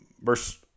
Verse